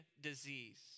disease